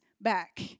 back